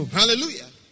hallelujah